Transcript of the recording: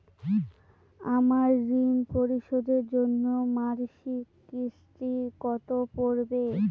আমার ঋণ পরিশোধের জন্য মাসিক কিস্তি কত পড়বে?